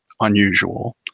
unusual